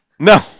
No